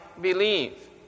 believe